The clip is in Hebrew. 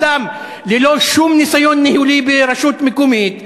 אדם ללא שום ניסיון ניהולי ברשות מקומית.